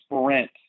sprint